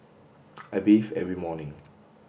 I bathe every morning